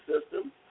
system